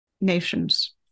nations